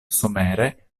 somere